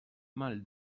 mal